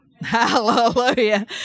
Hallelujah